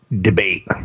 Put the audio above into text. debate